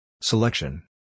Selection